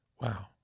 wow